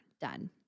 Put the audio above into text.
done